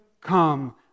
come